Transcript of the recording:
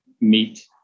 meet